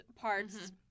parts